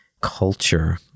culture